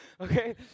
Okay